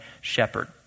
shepherd